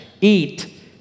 eat